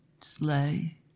sleigh